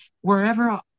wherever